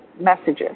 messages